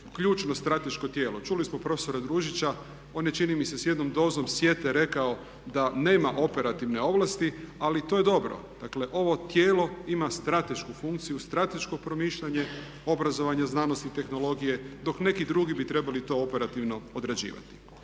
ključno strateško tijelo. Čuli smo prof. Družića on je čini mi se s jednom dozom sjete rekao da nema operativne ovlasti ali to je dobro. Dakle, ovo tijelo ima stratešku funkciju, strateško promišljanje obrazovanja, znanosti i tehnologije dok neki drugi bi trebali to operativno odrađivati.